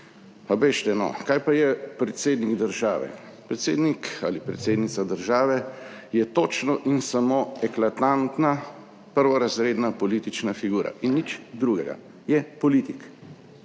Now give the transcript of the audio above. bežite, no. Kaj pa je predsednik države? Predsednik ali predsednica države je točno in samo eklatantna prvorazredna politična figura in nič drugega. Je politik.